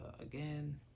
again